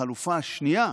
החלופה השנייה,